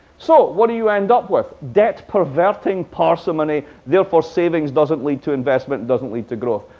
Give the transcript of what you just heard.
so what do you end up with? debt perverting parsimony, therefore savings doesn't lead to investment doesn't lead to growth.